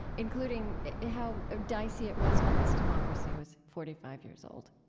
including how dicey it was when this democracy was forty five years old